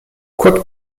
quoique